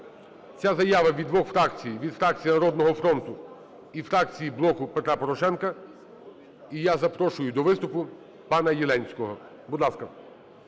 Ця заява від двох фракцій: від фракції "Народного фронту" і фракції "Блоку Петра Порошенка". І я запрошую до виступу пана Єленського, будь ласка.